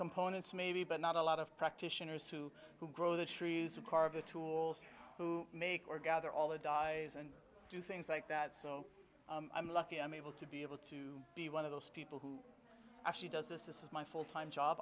components maybe but not a lot of practitioners who grow the trees with the tools who make or gather all the dyes and do things like that so i'm lucky i'm able to be able to be one of those people who actually does this this is my full time job